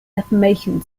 defamation